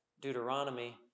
Deuteronomy